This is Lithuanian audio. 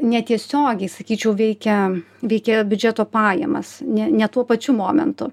netiesiogiai sakyčiau veikia veikia biudžeto pajamas ne ne tuo pačiu momentu